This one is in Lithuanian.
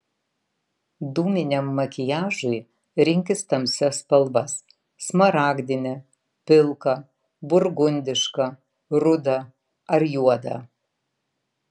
dūminiam makiažui rinkis tamsias spalvas smaragdinę pilką burgundišką rudą ar juodą